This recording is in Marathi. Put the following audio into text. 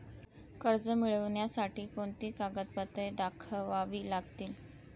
कर्ज मिळण्यासाठी कोणती कागदपत्रे दाखवावी लागतील?